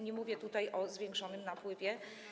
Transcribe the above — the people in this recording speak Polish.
Nie mówię tutaj o zwiększonym napływie.